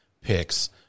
picks